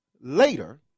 later